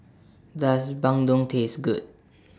Does Bandung Taste Good